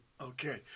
Okay